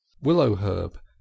Willow-herb